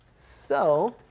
so,